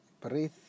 breathe